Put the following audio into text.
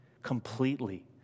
Completely